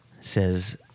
says